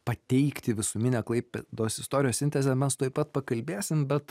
pateikti visuminę klaipėdos istorijos sintezę mes tuoj pat pakalbėsim bet